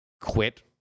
quit